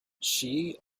she